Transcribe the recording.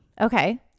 Okay